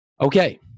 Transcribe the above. Okay